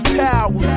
power